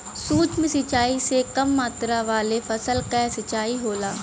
सूक्ष्म सिंचाई से कम मात्रा वाले फसल क सिंचाई होला